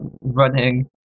running